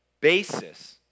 basis